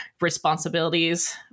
responsibilities